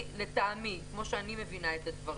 לטעמי, כמו שאני מבינה את הדברים,